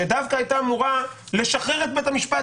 שדווקא הייתה אמורה לשחרר את בית המשפט.